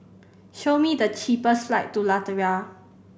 show me the cheapest flight to Latvia